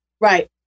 right